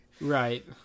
Right